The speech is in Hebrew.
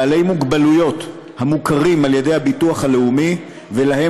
בעלי מוגבלויות המוכרים על ידי הביטוח הלאומי ולהם